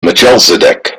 melchizedek